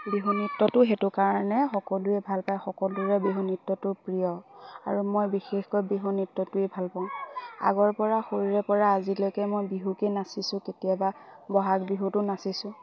বিহু নৃত্যটো সেইটো কাৰণে সকলোৱে ভাল পায় সকলোৰে বিহু নৃত্যটো প্ৰিয় আৰু মই বিশেষকৈ বিহু নৃত্যটোৱে ভাল পাওঁ আগৰ পৰা সৰুৰে পৰা আজিলৈকে মই বিহুকে নাচিছোঁ কেতিয়াবা ব'হাগ বিহুতো নাচিছোঁ